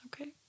Okay